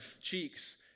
cheeks